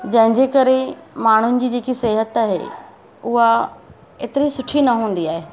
जंहिंजे करे माण्हुनि जी जेकी सिहत आहे एतिरी सुठी न हूंदी आहे